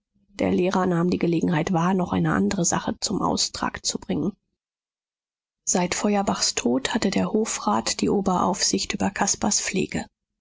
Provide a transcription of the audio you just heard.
der lehrer nahm die gelegenheit wahr noch eine andre sache zum austrag zu bringen seit feuerbachs tod hatte der hofrat die oberaufsicht über caspars